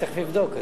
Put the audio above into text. אני תיכף אבדוק.